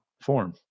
form